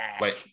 wait